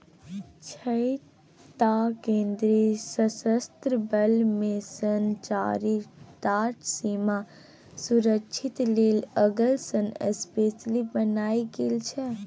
छअ टा केंद्रीय सशस्त्र बल मे सँ चारि टा सीमा सुरक्षा लेल अलग सँ स्पेसली बनाएल गेल छै